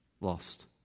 lost